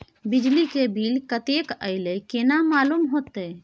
बिजली के बिल कतेक अयले केना मालूम होते?